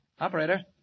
Operator